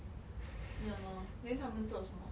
ya lor then 他们做什么